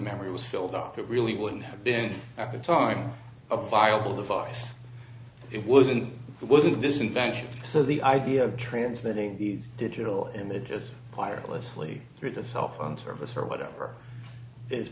memory was filled out that really wouldn't have been at the time a file device it wasn't it wasn't this invention so the idea of transmitting these digital images wirelessly through the cell phone service or whatever is